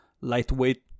lightweight